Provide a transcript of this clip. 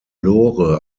lore